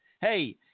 hey